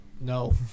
no